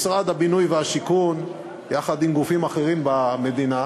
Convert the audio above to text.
משרד הבינוי והשיכון, יחד עם גופים אחרים במדינה,